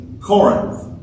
Corinth